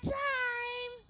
time